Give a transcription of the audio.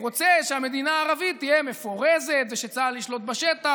הוא רוצה שהמדינה הערבית תהיה מפורזת ושצה"ל ישלוט בשטח,